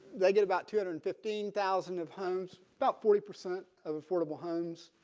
they get about two hundred fifteen thousand of homes about forty percent of affordable homes